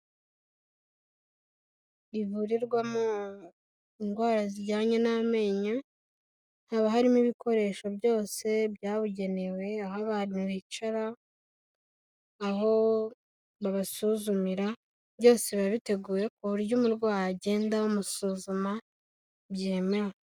Ivurirwamo indwara zijyanye n'amenyo, haba harimo ibikoresho byose byabugenewe aho abantu bicara, aho babasuzumira byose biba biteguye ku buryo umurwayi agenda bamusuzuma byemewe.